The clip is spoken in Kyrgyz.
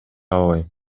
албайм